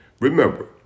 Remember